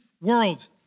world